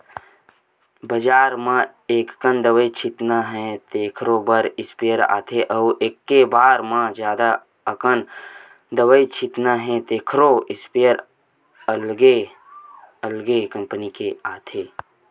बजार म एककन दवई छितना हे तेखरो बर स्पेयर आथे अउ एके बार म जादा अकन दवई छितना हे तेखरो इस्पेयर अलगे अलगे कंपनी के आथे